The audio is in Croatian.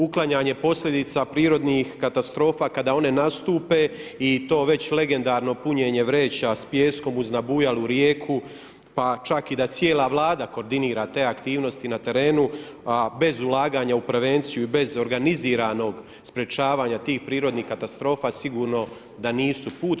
Uklanjanje posljedica prirodnih katastrofa kada one nastupe i to već legendarno punjenje vreća s pijeskom uz nabujalu rijeku, pa čak i da cijela Vlada koordinira te aktivnosti na terenu bez ulaganja u prevenciju i bez organiziranog sprječavanja tih prirodnih katastrofa sigurno da nisu put.